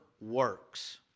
works